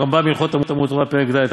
הרמב"ם הלכות תלמוד תורה פרק ד',